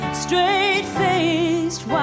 Straight-faced